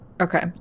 Okay